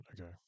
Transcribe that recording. okay